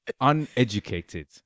Uneducated